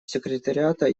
секретариата